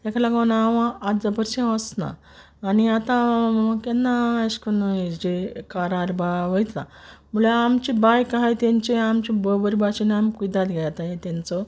तेका लागो हांव आचीपशी वोसना आनी आतां केन्नाय एशें कोन्न हेजे कारार बा वोयता म्हुणल्या आमची बायक आहाय तेंची आमचे बोरी बाशेन आमी कुयदाद घेताय तेंचो